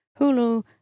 Hulu